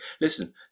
listen